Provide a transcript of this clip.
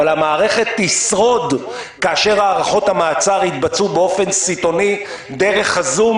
אבל המערכת תשרוד כאשר הארכות המעצר יתבצעו באופן סיטונאי דרך הזום,